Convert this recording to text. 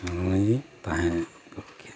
ᱢᱚᱡᱽ ᱜᱮᱧ ᱛᱟᱦᱮᱸ ᱠᱚᱜ ᱠᱮᱭᱟ